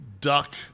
duck